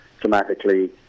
dramatically